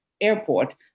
airport